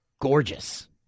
gorgeous